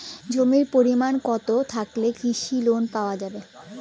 জমির পরিমাণ কতো থাকলে কৃষি লোন পাওয়া যাবে?